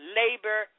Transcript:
labor